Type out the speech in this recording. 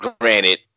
granted